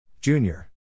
Junior